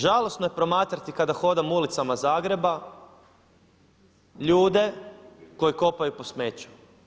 Žalosno je promatrati kada hodam ulicama Zagreba ljude koji kopaju po smeću.